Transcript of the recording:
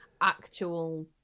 actual